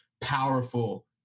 powerful